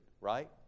right